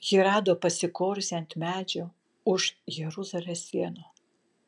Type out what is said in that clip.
jį rado pasikorusį ant medžio už jeruzalės sienų